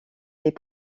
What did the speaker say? les